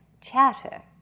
chatter